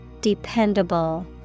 Dependable